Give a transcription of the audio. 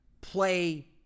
play